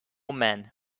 man